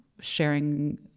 sharing